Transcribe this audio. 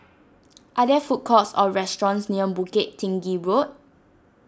are there food courts or restaurants near Bukit Tinggi Road